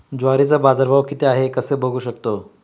ज्वारीचा बाजारभाव किती आहे कसे बघू शकतो?